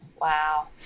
Wow